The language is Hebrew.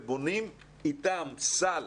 ובונים איתם סל